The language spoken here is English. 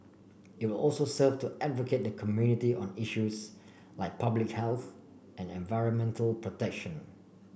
it will also serve to advocate the community on issues like public health and environmental protection